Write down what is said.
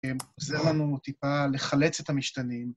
עוזר לנו טיפה לחלץ את המשתנים.